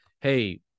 hey